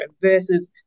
versus